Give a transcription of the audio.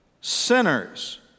sinners